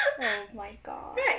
oh my god